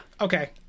Okay